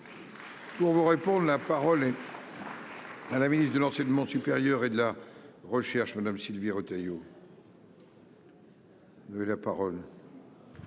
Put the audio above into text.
Pour on vous répondre, la parole est. Ah, la ministre de l'enseignement supérieur et de la recherche Madame Sylvie Retailleau. Mais la parole.